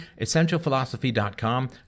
EssentialPhilosophy.com